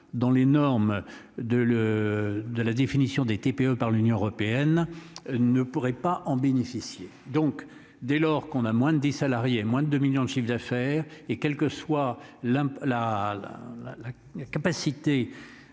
dans les normes de le de la définition des TPE par l'Union européenne ne pourraient pas en bénéficier. Donc dès lors qu'on a moins de 10 salariés et moins de 2 millions de chiffre d'affaires et quelle que soit la la